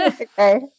Okay